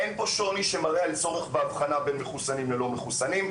אין פה שוני שמראה על צורך באבחנה בין מחוסנים ללא מחוסנים.